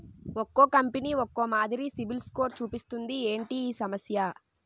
ఒక్కో కంపెనీ ఒక్కో మాదిరి సిబిల్ స్కోర్ చూపిస్తుంది ఏంటి ఈ సమస్య?